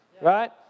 Right